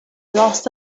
lost